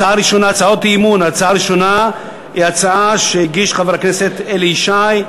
הצעה ראשונה היא הצעה שהגיש חבר הכנסת אלי ישי,